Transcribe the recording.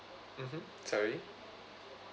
mmhmm sorry